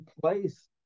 place